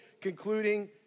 concluding